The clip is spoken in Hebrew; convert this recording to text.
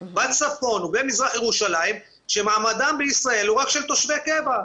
בצפון ובמזרח ירושלים שמעמדם בישראל הוא רק של תושבי קבע.